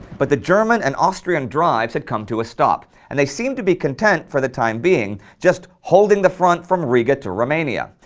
but the german and austrian drives had come to a stop and they seemed to be content for the time being just holding the front from riga to romania,